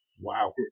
Wow